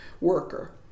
worker